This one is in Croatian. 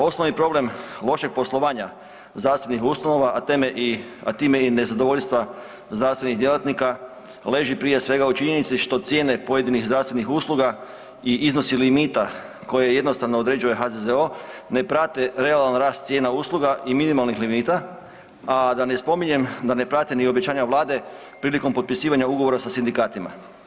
Osnovni problem lošeg poslovanja zdravstvenih, a teme i, a time i nezadovoljstva zdravstvenih djelatnika leži prije svega u činjenici što cijene pojedinih zdravstvenih usluga i iznosi limita koje jednostavno određuje HZZO ne prate realan rast cijena usluga i minimalnih limita, a da ne spominjem da ne prate ni obećanja Vlade prilikom potpisivanja ugovora sa sindikatima.